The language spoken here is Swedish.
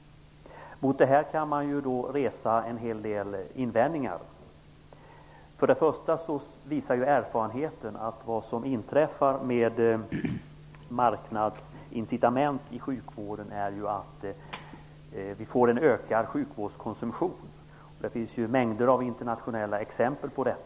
Mot det kan man resa en hel del invändningar. Först och främst visar erfarenheten att marknadsincitament i sjukvården leder till en ökad sjukvårdskonsumtion. Det finns mängder av internationella exempel på det.